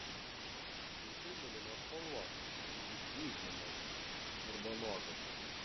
pilkai mėlynos spalvos lyg žnyplėmis sugarbanotas